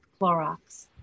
Clorox